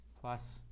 plus